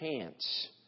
chance